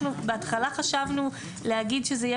אנחנו בהתחלה חשבנו להגיד שזה יהיה